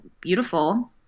beautiful